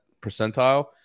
percentile